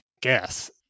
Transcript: guess